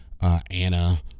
Anna